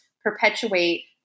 perpetuate